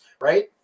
right